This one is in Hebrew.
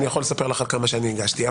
אני יכול לספר לך על כמה שאני הגשתי.